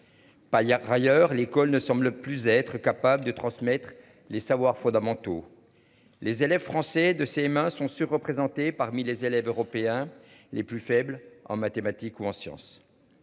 a ailleurs. L'école ne semble plus être capable de transmettre les savoirs fondamentaux. Les élèves français de CM1 sont surreprésentés parmi les élèves européens les plus faibles en mathématiques ou en sciences.